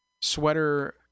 sweater